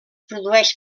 produeix